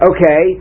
Okay